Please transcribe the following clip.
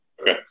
Okay